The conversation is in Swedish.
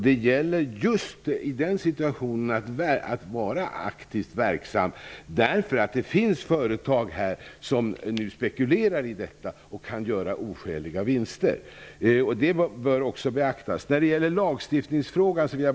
Det gäller just i denna situation att vara aktivt verksam, därför att det finns företag som spekulerar och kan göra oskäliga vinster. Detta bör beaktas. Vidare var det lagstiftningsfrågan.